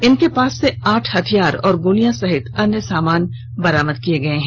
इनके पास से आठ हथियार और गोलियां सहित अन्य सामान बरामद किया गया है